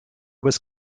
was